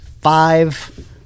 five